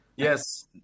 Yes